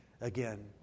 again